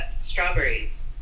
strawberries